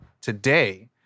today